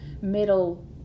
middle